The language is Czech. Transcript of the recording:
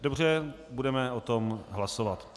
Dobře, budeme o tom hlasovat.